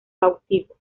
cautivos